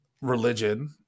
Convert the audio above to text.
religion